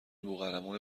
بوقلمون